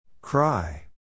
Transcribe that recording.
Cry